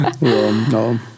No